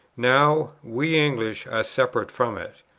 now, we english are separate from it.